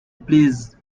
please